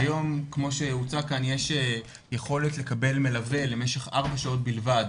כיום כמו שהוצג כאן יש יכולת לקבל מלווה למשך 4 שעות בלבד.